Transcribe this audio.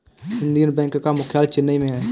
Indian bank का मुख्यालय चेन्नई में है